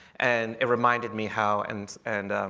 and it reminded me how and and